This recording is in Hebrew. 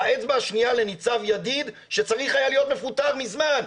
והאצבע השנייה לניצב ידיד שצריך היה להיות מפוטר מזמן,